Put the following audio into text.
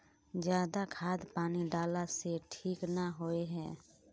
ज्यादा खाद पानी डाला से ठीक ना होए है?